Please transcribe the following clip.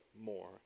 more